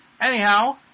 Anyhow